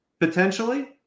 potentially